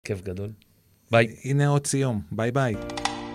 כיף גדול ביי הנה עוד סיום ביי ביי.